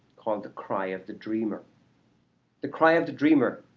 called the cry of the dreamer the cry of the dreamer,